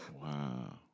Wow